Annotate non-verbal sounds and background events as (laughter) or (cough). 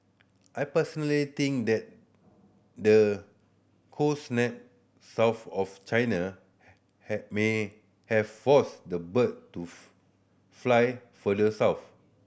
I personally think that the cold snap south of China (unintelligible) may have forced the bird to (unintelligible) fly further south